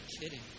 kidding